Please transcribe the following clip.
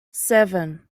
seven